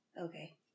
Okay